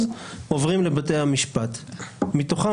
מתוכם,